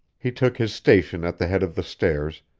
he took his station at the head of the stairs,